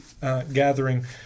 gathering